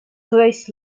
growth